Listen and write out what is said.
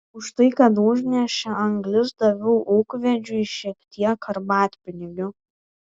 už tai kad užnešė anglis daviau ūkvedžiui šiek tiek arbatpinigių